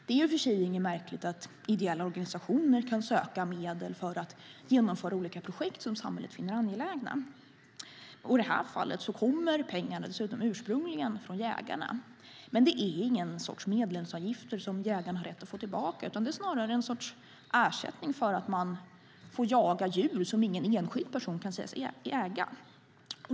Det är i och för sig inget märkligt med att ideella organisationer kan söka medel för att genomföra olika projekt som samhället finner angelägna. I det här fallet kommer pengarna dessutom ursprungligen från jägarna. Men det är ingen sorts medlemsavgifter som jägarna har rätt att få tillbaka, utan det är snarare en sorts ersättning för att man får jaga djur som ingen enskild person kan sägas äga.